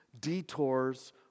Detours